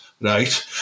right